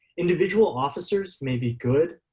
individual officers may be good,